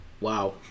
wow